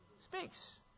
speaks